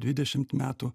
dvidešimt metų